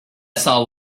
saw